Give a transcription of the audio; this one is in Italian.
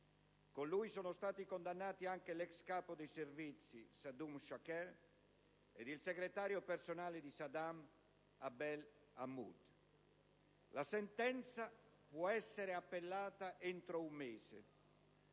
Con lui sono stati condannati anche l'ex capo dei servizi, Saadun Shaker, ed il segretario personale di Saddam, Abdel Hamud. La sentenza può essere appellata entro un mese.